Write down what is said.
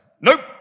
Nope